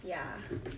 ya